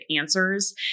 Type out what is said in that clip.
answers